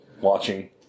Watching